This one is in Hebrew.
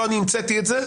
לא אני המצאתי את זה,